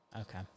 Okay